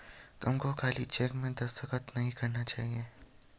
तुमको खाली चेक पर दस्तखत नहीं करने चाहिए